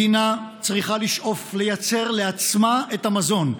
מדינה צריכה לשאוף לייצר לעצמה את המזון,